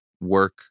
work